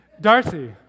Darcy